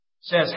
says